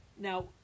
Now